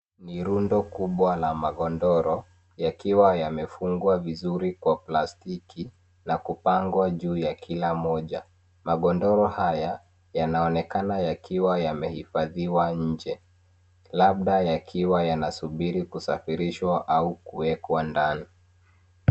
Ni rundo kubwa la magodoro yakiwa yamefungwa vizuri kwa plastiki na kupangwa juu ya kila moja. Magodoro haya yanaonekana yakiwa yamzhigadhiwa nje. Labda yakiwa yanasubiri kusafirishwa au kuwekwa ndani.